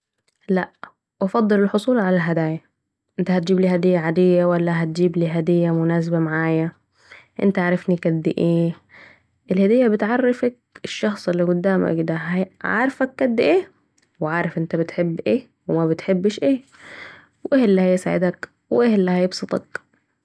لأ أفضل الحصول على الهدايه، أنت هتجبلي هديه عاديه ولا هتجبلي هديه مناسبه معاي أنت عارفني كد أيه ؟ الهديه بتعرفك الشخص الي قدامك ده هو عارفك كد ايه و عارف أنت بتحب ايه؟ و مبتحبش ايه ؟و أيه الي هيسعدك و ايه الي هيبسطك؟